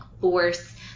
force